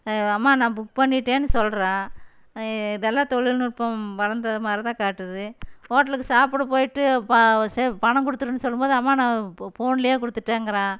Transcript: அம்மா நான் புக் பண்ணிட்டேன்னு சொல்கிறான் இதெல்லாம் தொழில்நுட்பம் வளர்ந்தமாரிதான் காட்டுது ஹோட்டலுக்கு சாப்பிட போயிட்டு அப்போ சரி பணம் குடுத்துடுன்னு சொல்லும் போது அம்மா நான் இப்போ ஃபோன்லேயே கொடுத்துட்டேங்கிறான்